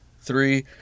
three